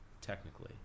Technically